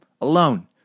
alone